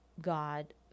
God